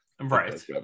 right